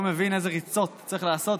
לא מבין איזה ריצות צריך לעשות.